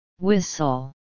whistle